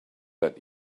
let